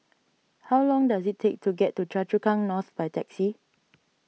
how long does it take to get to Choa Chu Kang North by taxi